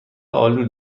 آلو